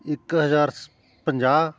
ਇੱਕ ਹਜ਼ਾਰ ਸ ਪੰਜਾਹ